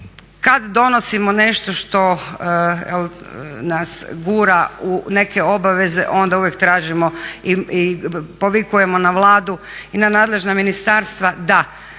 kad donosimo nešto što nas gura u neke obaveze onda uvijek tražimo i povikujemo na Vladu i na nadležna ministarstva da